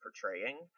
portraying